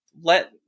let